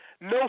No